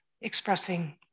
expressing